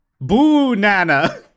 Boo-nana